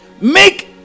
Make